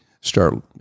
start